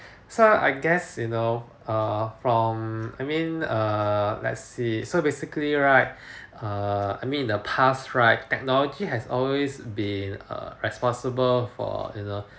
so I guess you know err from I mean err let's see so basically right err I mean in the past right technology has always been err responsible for you know